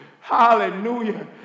Hallelujah